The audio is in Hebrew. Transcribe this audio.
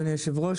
אדוני היושב-ראש,